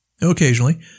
Occasionally